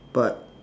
but